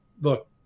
look